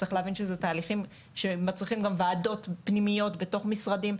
צריך להבין שאלו גם תהליכים שמצריכים גם וועדות פנימיות בתוך המשרדים.